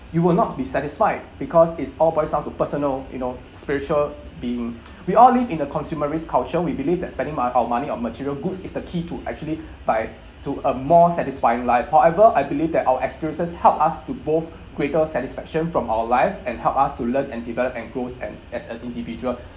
you will not be satisfied because it's all boils down to personal you know spiritual being we all live in a consumerist culture we believe that spending mon~ our money on material goods is the key to actually by to a more satisfying life however I believe that our experiences help us to both greater satisfaction from our lives and help us to learn and develop and grows and as an individual